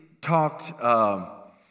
talked